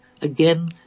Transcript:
again